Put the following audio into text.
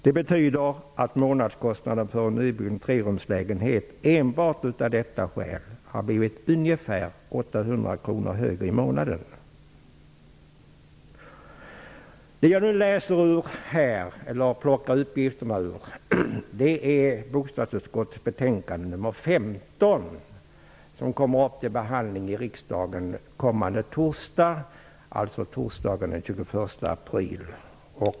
Det betyder att månadskostnaden för en nybyggd trerumslägenhet enbart av detta skäl har blivit ungefär 800 kr högre. Jag skall nu läsa och hämta uppgifter ur bostadsutskottets betänkande 15, som kommer att behandlas i riksdagen kommande torsdag, alltså den 21 april.